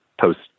post